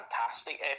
fantastic